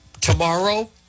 tomorrow